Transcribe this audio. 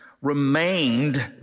remained